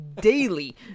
daily